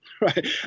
right